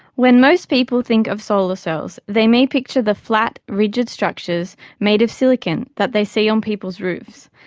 when most people think of solar cells they may picture the flat, rigid structures made of silicon that they see on people's roofs.